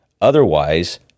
Otherwise